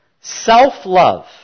self-love